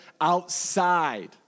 outside